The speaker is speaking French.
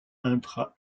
intra